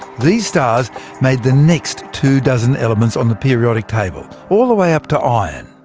these stars made the next two dozen elements on the periodic table all the way up to iron.